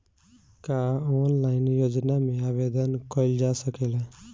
का ऑनलाइन योजना में आवेदन कईल जा सकेला?